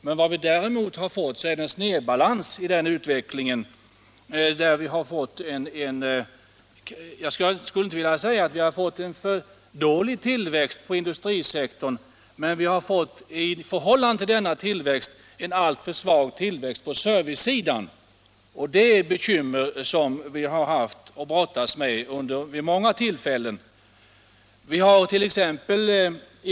Men vi har fått en snedbalans i utvecklingen. Jag vill inte påstå att vi har fått en för dålig tillväxt på industrisektorn, men vi har i förhållande till denna tillväxt fått en alltför svag tillväxt på servicesidan. Det är ett bekymmer som vi har haft att brottas med vid många tillfällen.